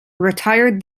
retired